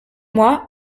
moi